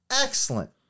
excellent